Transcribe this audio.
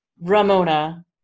Ramona